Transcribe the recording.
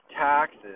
taxes